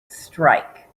strike